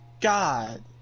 God